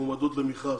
מועמדות למכרז.